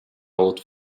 old